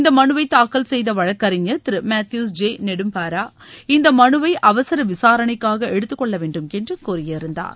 இந்த மனுவை தாக்கல் செய்த வழக்கறிஞர் திரு மேத்பூல் ஜே நெடும்பாரா இந்த மனுவை அவசர விசாரணைக்காக எடுத்துக்கொள்ளவேண்டும் என்று கோரியிருந்தார்